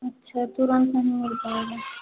अच्छा तुरंत नहीं मिल पाएगा